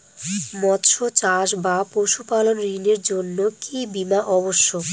মৎস্য চাষ বা পশুপালন ঋণের জন্য কি বীমা অবশ্যক?